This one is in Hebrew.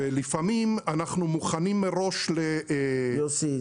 לפעמים אנחנו מוכנים מראש --- יוסי,